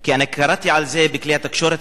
כי קראתי על זה בכלי התקשורת,